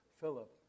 Philip